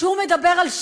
כשהוא מדבר על שיבה,